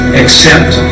accept